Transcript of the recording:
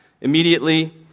immediately